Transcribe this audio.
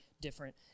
different